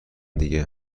دیگه